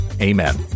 amen